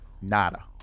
nada